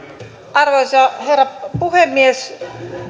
arvoisa herra puhemies